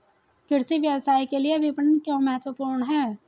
कृषि व्यवसाय के लिए विपणन क्यों महत्वपूर्ण है?